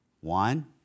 One